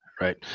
Right